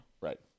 right